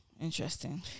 Interesting